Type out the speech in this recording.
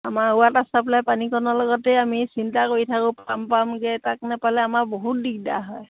আমাৰ water supply পানীকণৰ লগতেই আমি চিন্তা কৰি থাকোঁ পাম পামকৈ তাক নাপালে আমাৰ বহুত দিগদাৰ হয়